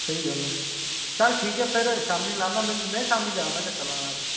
स्हेई गल्ल ऐ चल ठीक ऐ फेर शामी लान्ना में शामी जा दा चक्कर लान अज्ज